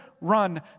run